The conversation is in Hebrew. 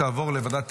ועדת